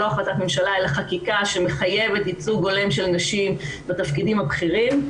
לא החלטת ממשלה אלא חקיקה שמחייבת ייצוג הולם של נשים בתפקידים הבכירים,